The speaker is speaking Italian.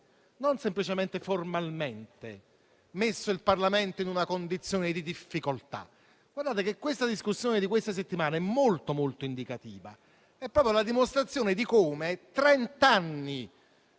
non semplicemente formalmente, messo il Parlamento in una condizione di difficoltà. Guardate che la discussione di questa settimana è molto indicativa ed è proprio la dimostrazione di come trent'anni